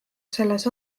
selles